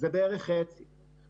ושם זה בערך חצי מהזמן.